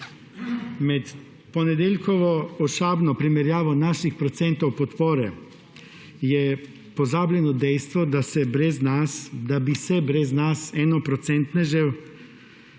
Med ponedeljkovo ošabno primerjavo naših procentov podpore je bilo pozabljeno dejstvo, da bi se brez nas enoprocentnežev